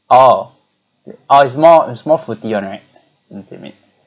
oh oh it's more it's more fruity one right